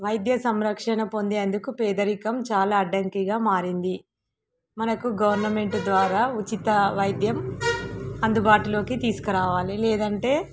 వైద్య సంరక్షణ పొందే అందుకు పేదరికం చాలా అడ్డంకిగా మారింది మనకు గవర్నమెంట్ ద్వారా ఉచిత వైద్యం అందుబాటులోకి తీసుకురావాలి లేదంటే